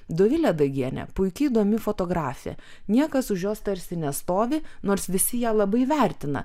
dovilė dagienė puiki įdomi fotografė niekas už jos tarsi nestovi nors visi ją labai vertina